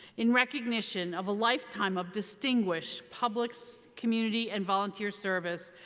in recognition of a lifetime of distinguished public so community and volunteer service,